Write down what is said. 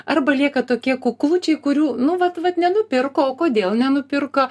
arba lieka tokie kuklučiai kurių nu vat vat nenupirko o kodėl nenupirko